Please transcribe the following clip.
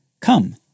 Come